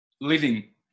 living